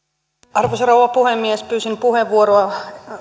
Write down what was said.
arvoisa rouva puhemies pyysin puheenvuoroa